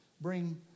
bring